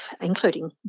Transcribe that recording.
including